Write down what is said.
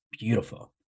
beautiful